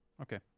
Okay